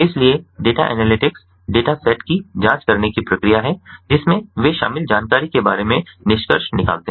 इसलिए data analytics data set की जांच करने की प्रक्रिया है जिसमें वे शामिल जानकारी के बारे में निष्कर्ष निकालते हैं